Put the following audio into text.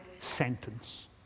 sentence